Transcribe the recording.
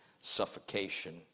suffocation